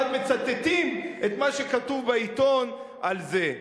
ואז מצטטים את מה שכתוב בעיתון על זה.